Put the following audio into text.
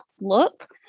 look